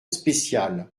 spéciale